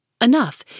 Enough